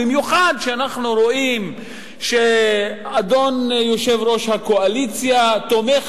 במיוחד שאנחנו רואים שאדון יושב-ראש הקואליציה תומך